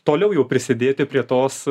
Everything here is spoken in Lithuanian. toliau jau prisidėti prie tos